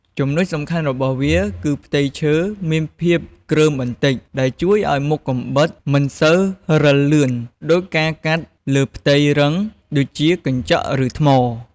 ចំណុចសំខាន់របស់វា គឺផ្ទៃឈើមានភាពគ្រើមបន្តិច ដែលជួយឲ្យមុខកាំបិតមិនសូវរិលលឿនដូចការកាត់លើផ្ទៃរឹងដូចជាកញ្ចក់ ឬថ្ម។